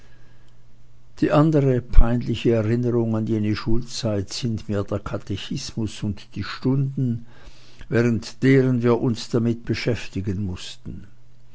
die andere peinliche erinnerung an jene schulzeit sind mir der katechismus und die stunden während deren wir uns damit beschäftigen mußten